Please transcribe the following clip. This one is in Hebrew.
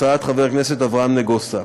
הצעת חבר הכנסת אברהם נגוסה.